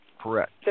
Correct